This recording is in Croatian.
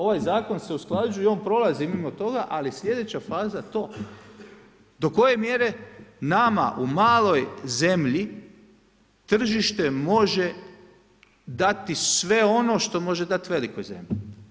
Ovaj zakon se usklađuje, on prolazi mimo toga ali slijedeća faza je to do koje mjere nama u maloj zemlji tržište može dati sve ono što može dati velikoj zemlji.